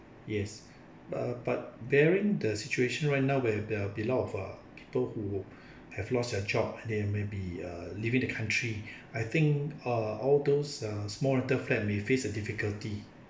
yes uh but bearing the situation right now where there will be a lot of uh people who have lost their job they may be uh leaving the country I think ah all those uh small little flat may face a difficulty